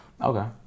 Okay